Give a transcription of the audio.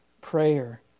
prayer